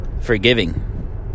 forgiving